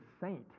saint